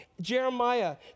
Jeremiah